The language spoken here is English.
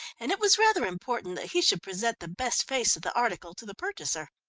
and it was rather important that he should present the best face of the article to the purchaser.